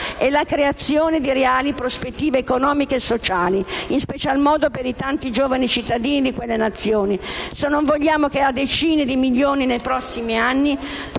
e la creazione di reali prospettive economiche e sociali, in special modo per i tanti giovani cittadini di quelle nazioni, se non vogliamo che a decine di milioni, nei prossimi anni,